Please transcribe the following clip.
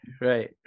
right